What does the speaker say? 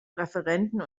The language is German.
referenten